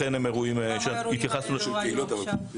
כמה אירועים כאלה היו השנה?